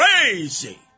crazy